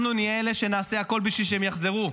אנחנו נהיה אלה שנעשה הכול בשביל שהם יחזרו.